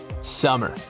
summer